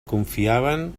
confiaven